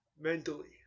mentally